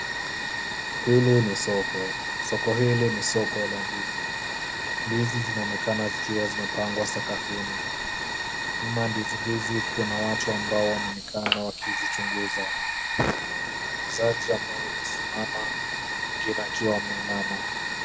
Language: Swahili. Hili ni soko. Soko hili ni soko la ndizi. Ndizi zinaonekana zikiwa zimepangwa sakafuni. Nyuma ya ndizi hizi kuna watu ambao wanaonekana wakizichunguza. Kuna wauzaji ambao wamesimama wengine wakiwa wameinama.